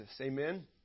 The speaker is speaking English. Amen